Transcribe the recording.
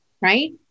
right